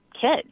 kids